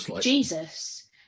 Jesus